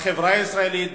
בחברה הישראלית,